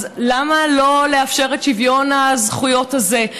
אז למה לא לאפשר את שוויון הזכויות הזה?